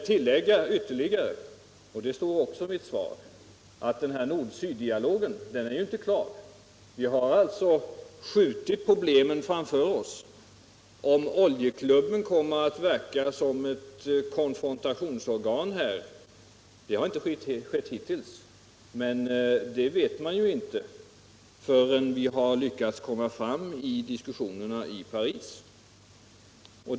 Jag sade redan i mitt svar att nord-syddialogen inte är klar. Vi har alltså skjutit problemen framför oss. Om Oljeklubben kommer att verka som ett konfrontationsorgan — det har inte skett hittills — vet vi inte förrän vi har lyckats komma fram i diskussionerna i Paris.